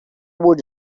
would